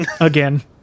again